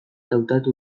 hautatu